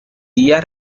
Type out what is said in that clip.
día